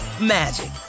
magic